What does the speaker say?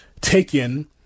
taken